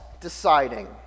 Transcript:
deciding